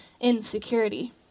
insecurity